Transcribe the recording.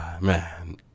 Man